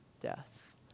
death